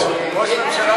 אדוני יסיים,